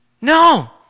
No